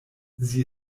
sie